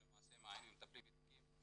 שלמעשה מטפלים בתיקים.